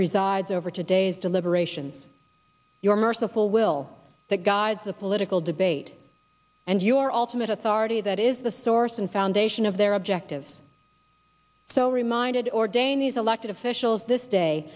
presides over today's deliberations your merciful will that guides the political debate and your ultimate authority that is the source and foundation of their objectives so reminded or deniz elected officials this day